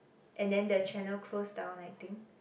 and then the channel close down I think